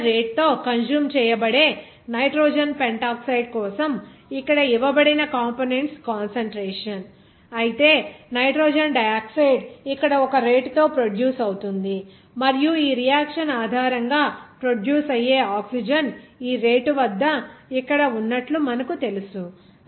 ఇక్కడ ఇచ్చిన రేటుతో కన్స్యూమ్ చేయబడే నైట్రోజన్ పెంటాక్సైడ్ కోసం ఇక్కడ ఇవ్వబడిన కంపోనెంట్స్ కాన్సంట్రేషన్ అయితే నైట్రోజన్ డయాక్సైడ్ ఇక్కడ ఒక రేటుతో ప్రొడ్యూస్ అవుతుంది మరియు ఈ రియాక్షన్ ఆధారంగా ప్రొడ్యూస్ అయ్యే ఆక్సిజన్ ఈ రేటు వద్ద ఇక్కడ ఉన్నట్లు మనకు తెలుసు